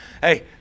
Hey